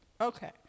Okay